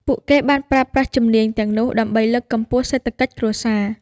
ពួកគេបានប្រើប្រាស់ជំនាញទាំងនោះដើម្បីលើកកម្ពស់សេដ្ឋកិច្ចគ្រួសារ។